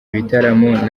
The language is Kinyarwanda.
ibitaramo